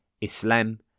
Islam